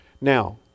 Now